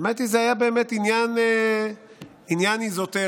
האמת היא שזה היה באמת עניין אזוטרי.